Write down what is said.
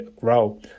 grow